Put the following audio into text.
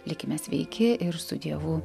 likime sveiki ir su dievu